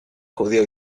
judeo